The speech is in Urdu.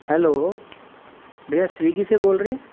ہیلو بھیا سوئیگی سے بول رہے